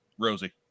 Rosie